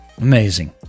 Amazing